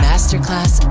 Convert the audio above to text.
Masterclass